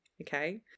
okay